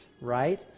right